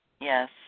Yes